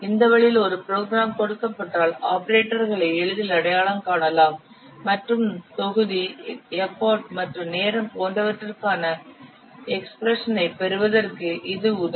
இந்த வழியில் ஒரு ப்ரோக்ராம் கொடுக்கப்பட்டால் ஆபரேட்டர்களை எளிதில் அடையாளம் காணலாம் மற்றும் தொகுதி எஃபர்ட் மற்றும் நேரம் போன்றவற்றிற்கான எக்ஸ்பிரஷன் ஐ பெறுவதற்கு இது உதவும்